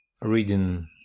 reading